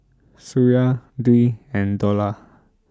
Suria Dwi and Dollah